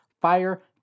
fire